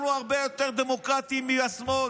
אנחנו הרבה יותר דמוקרטיים מהשמאל.